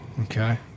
Okay